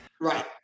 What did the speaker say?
Right